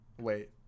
Wait